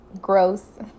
gross